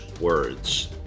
words